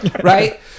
Right